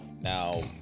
Now